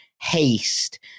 haste